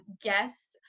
guests